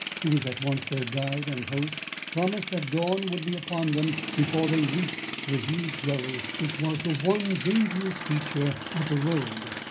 who was at once their guide and host, promised that dawn would be upon them before they reached the huge gully which was the one dangerous feature of the road.